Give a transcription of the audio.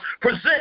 present